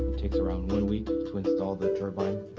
takes around one week to install the turbine.